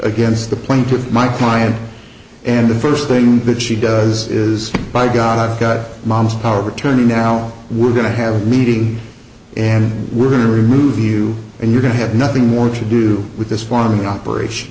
against the point of my client and the first thing that she does is by god god mom's power of attorney now we're going to have a meeting and we're going to remove you and you're going to have nothing more to do with this farming operation